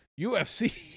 UFC